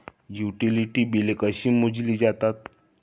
Utility बिले कशी मोजली जातात?